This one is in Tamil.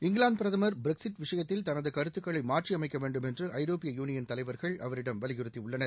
இங்கிலாந்து பிரதமர் பிரிக்ஸிட் விஷயத்தில் தனது கருத்துக்களை மாற்றியமைக்க வேண்டுமென்று ஐரோப்பிய யூனியன் தலைவர்கள் அவரிடம் வலியுறுத்தியுள்ளனர்